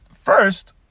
First